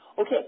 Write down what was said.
Okay